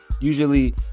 usually